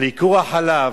על ייקור החלב,